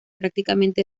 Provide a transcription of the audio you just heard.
prácticamente